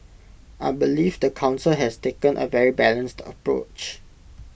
I believe the Council has taken A very balanced approach